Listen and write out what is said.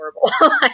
horrible